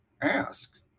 ask